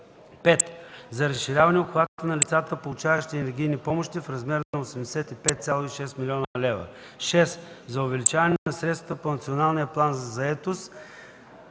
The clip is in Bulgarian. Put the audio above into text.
5. за разширяване обхвата на лицата, получаващи енергийни помощи в размер на 85, 6 млн. лв. 6. за увеличаване на средствата по Националния план за заетост